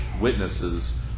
witnesses